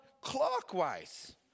clockwise